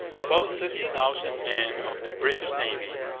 about thirty thousand men of the british navy,